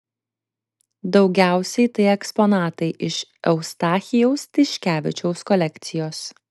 daugiausiai tai eksponatai iš eustachijaus tiškevičiaus kolekcijos